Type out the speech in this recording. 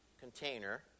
Container